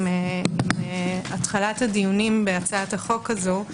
עם התחלת הדיונים בהצעת החוק הזו,